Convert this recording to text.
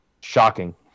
Shocking